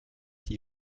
die